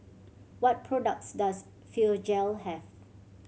what products does Physiogel have